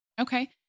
Okay